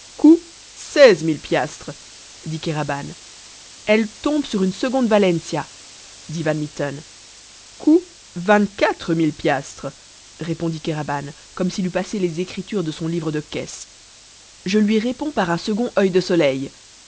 mille piastres dit kéraban elle tombe sur une seconde valentia dit van mitten coût vingt-quatre mille piastres répondit kéraban comme s'il eût passé les écritures de son livre de caisse je lui réponds par un second oeil de soleil